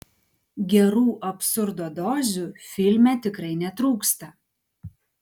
gerų absurdo dozių filme tikrai netrūksta